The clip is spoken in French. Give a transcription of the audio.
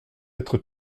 être